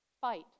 fight